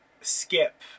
skip